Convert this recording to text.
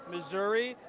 missouri,